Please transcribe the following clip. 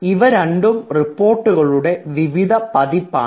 ഇവരണ്ടും റിപ്പോർട്ടുകളുടെ വിവിധ പതിപ്പുകളാണ്